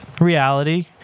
reality